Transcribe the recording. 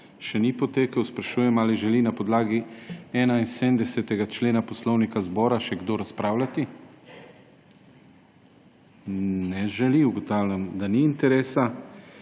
še ni potekel, sprašujem, ali želi na podlagi 71. člena Poslovnika Državnega zbora še kdo razpravljati. Ne želi. Ugotavljam, da ni interesa,